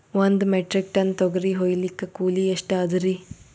ಒಂದ್ metric ton ತೊಗರಿ ಹೋಯಿಲಿಕ್ಕ ಕೂಲಿ ಎಷ್ಟ ಅದರೀ?